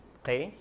okay